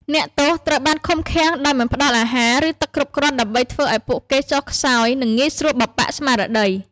អ្នកទោសត្រូវបានឃុំឃាំងដោយមិនផ្ដល់អាហារឬទឹកគ្រប់គ្រាន់ដើម្បីធ្វើឱ្យពួកគេចុះខ្សោយនិងងាយស្រួលបំបាក់ស្មារតី។